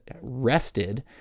rested